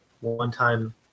one-time